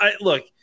look